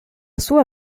sua